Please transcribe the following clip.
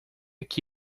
que